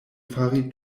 fari